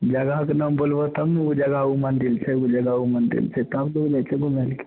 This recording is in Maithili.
जगहके नाम बोलभो तब ने ओ जगह ओ मंदिल छै ओ जगह ओ मम्दिल छै तब घूमै की